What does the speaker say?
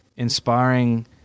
Inspiring